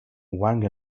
wang